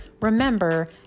Remember